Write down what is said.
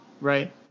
Right